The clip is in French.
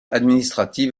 administrative